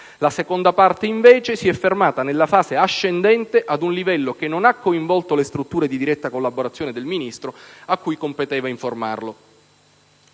La seconda parte, invece, si è fermata nella fase ascendente ad un livello che non ha coinvolto le strutture di diretta collaborazione del Ministro a cui competeva informarlo.